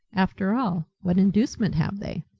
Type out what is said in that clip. after all, what inducement have they?